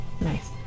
Nice